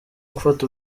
gufata